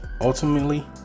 ultimately